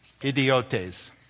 idiotes